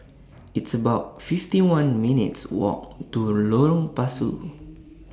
It's about fifty one minutes' Walk to Lorong Pasu